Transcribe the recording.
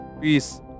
peace